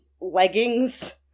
leggings